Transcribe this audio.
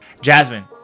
Jasmine